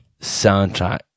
soundtrack